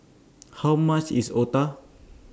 How much IS Otah